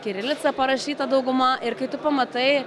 kirilica parašyta dauguma ir kai tu pamatai